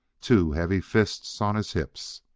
two heavy fists on his hips.